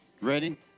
ready